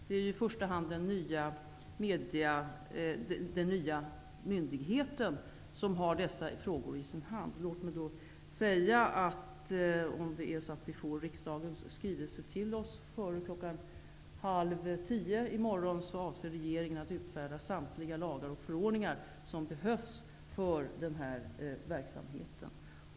Det är i första hand den nya myndigheten som har dessa frågor i sin hand. Låt mig då säga att om regeringen får riksdagens skrivelse i morgon före kl. 9.30, utfärdar regeringen samtliga lagar och förordningar som behövs för denna verksamhet.